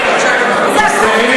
שבוע,